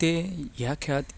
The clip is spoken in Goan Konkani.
ते ह्या खेळांत